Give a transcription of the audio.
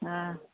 ହଁ